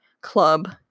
club